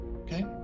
Okay